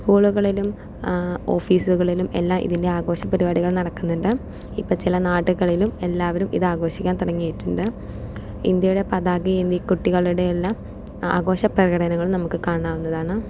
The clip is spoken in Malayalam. സ്കൂളുകളിലും ഓഫീസുകളിലും എല്ലാം ഇതിൻ്റെ ആഘോഷ പരിപാടികൾ നടക്കുന്നുണ്ട് ഇപ്പോൾ ചില നാടുകളിലും എല്ലാവരും ഇത് ആഘോഷിക്കാൻ തുടങ്ങിയിട്ടുണ്ട് ഇന്ത്യയുടെ പതാകയേന്തി കുട്ടികളുടെയെല്ലാം ആഘോഷ പ്രകടനങ്ങൾ നമുക്ക് കാണാവുന്നതാണ്